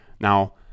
now